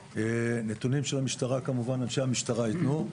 נתונים של המשטרה, כמובן, אנשי המשטרה ייתנו.